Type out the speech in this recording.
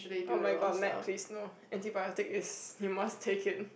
oh-my-god please no antibiotic is you must take it